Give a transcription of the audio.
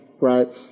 right